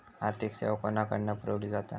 आर्थिक सेवा कोणाकडन पुरविली जाता?